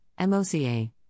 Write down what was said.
MOCA